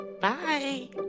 Bye